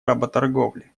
работорговли